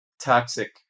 toxic